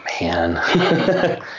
man